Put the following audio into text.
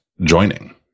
joining